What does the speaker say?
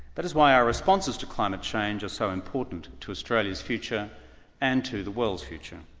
that is why our responses to climate change is so important to australia's future and to the world's future.